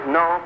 no